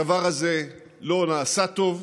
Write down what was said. הדבר הזה לא נעשה טוב,